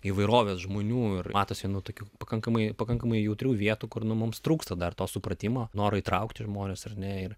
įvairovės žmonių ir matosi nu tokių pakankamai pakankamai jautrių vietų kur mums trūksta dar to supratimo noro įtraukti žmones ar ne ir